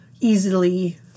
easily